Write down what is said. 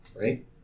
Right